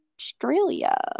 Australia